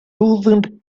loosened